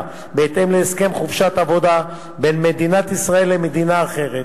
בהתאם להסכם חופשת עבודה בין מדינת ישראל למדינה אחרת,